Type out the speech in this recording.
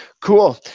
cool